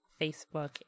Facebook